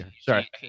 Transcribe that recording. sorry